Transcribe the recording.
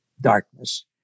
darkness